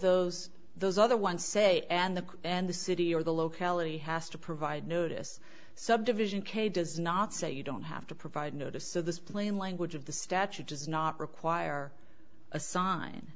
those those other one say and the and the city or the locality has to provide notice subdivision k does not say you don't have to provide notice of this plain language of the statute does not require a sign